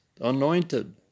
anointed